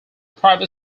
private